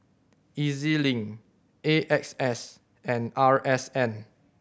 E Z Link A X S and R S N